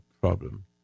problem